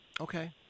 Okay